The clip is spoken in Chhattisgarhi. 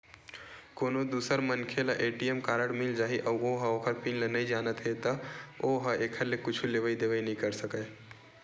कोनो दूसर मनखे ल ए.टी.एम कारड मिल जाही अउ ओ ह ओखर पिन ल नइ जानत हे त ओ ह एखर ले कुछु लेवइ देवइ नइ कर सकय